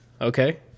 Okay